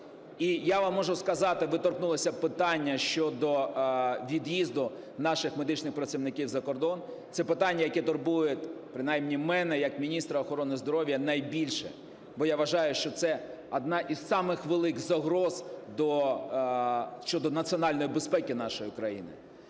І я вам можу сказати, ви торкнулися питання щодо від'їзду наших медичних працівників за кордон. Це питання, яке турбує принаймні мене, як міністра охорони здоров'я, найбільше. Бо, я вважаю, що це одна із самих великих загроз щодо національної безпеки нашої країни.